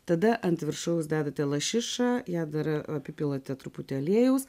tada ant viršaus dedate lašišą ją dar apipilate truputį aliejaus